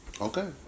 Okay